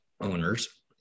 owners